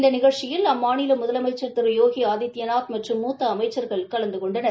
இந்த நிகழ்ச்சியில் அம்மாநில முதலமைச்சா் திரு யோகி ஆதித்யநாத் மற்றும் மூத்த அமைச்சா்கள் கலந்து கொண்டனர்